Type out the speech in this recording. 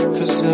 Cause